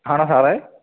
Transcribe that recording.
ആണോ സാറേ